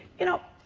you know,